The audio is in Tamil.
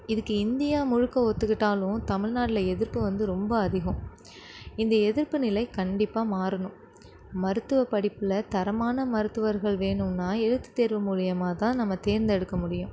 இதுக்கு இந்தியா முழுக்க ஒத்துக்கிட்டாலும் தமிழ்நாட்டில எதிர்ப்பு வந்து ரொம்ப அதிகம் இந்த எதிர்ப்பு நிலை கண்டிப்பாக மாறணும் மருத்துவப்படிப்பில் தரமான மருத்துவர்கள் வேணும்னால் எழுத்துத்தேர்வு மூலயமாக தான் நம்ம தேர்ந்தெடுக்க முடியும்